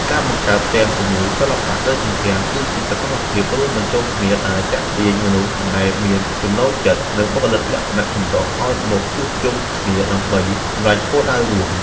ការបង្កើតផ្ទាំងគំនូរសិល្បៈលើជញ្ជាំង គឺជាសកម្មភាពរួមបញ្ចូលគ្នាដែលទាក់ទាញមនុស្សដែលមានចំណូលចិត្ត និងបុគ្គលិកលក្ខណៈចម្រុះឱ្យមកជួបជុំគ្នាដើម្បីសម្រេចគោលដៅរួម។